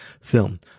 film